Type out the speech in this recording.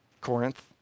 Corinth